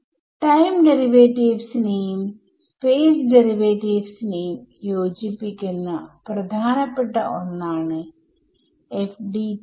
time ഡെറിവാറ്റീവ്സിനെയും time derivatives space ഡെറിവറ്റീവ്സിനെയും യോജിപ്പിക്കുന്ന പ്രധാനപ്പെട്ട ഒന്നാണ് FDTD